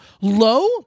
low